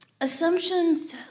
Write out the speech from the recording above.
assumptions